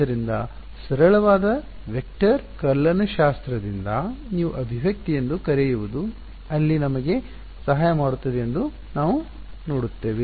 ಆದ್ದರಿಂದ ಸರಳವಾದ ವೆಕ್ಟರ್ ಕಲನಶಾಸ್ತ್ರದಿಂದ ನೀವು ಅಭಿವ್ಯಕ್ತಿ ಎಂದು ಕರೆಯುವದು ಅಲ್ಲಿ ನಮಗೆ ಸಹಾಯ ಮಾಡುತ್ತದೆ ಎಂದು ನಾವು ನೋಡುತ್ತೇವೆ